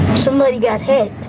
somebody's got hope.